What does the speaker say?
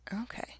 Okay